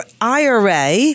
IRA